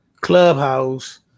Clubhouse